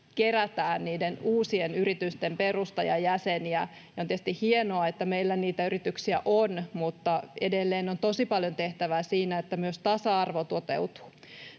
kerätään uusien yritysten perustajajäseniä. On tietysti hienoa, että meillä niitä yrityksiä on, mutta edelleen on tosi paljon tehtävää siinä, että myös tasa-arvo toteutuu.